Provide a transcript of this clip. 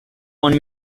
want